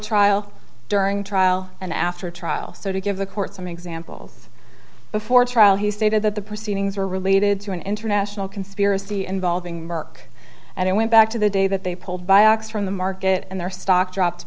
trial during trial and after trial so to give the court some examples before trial he stated that the proceedings were related to an international conspiracy involving merck and i went back to the day that they pulled by x from the market and their stock dropped